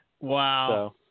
Wow